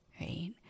Right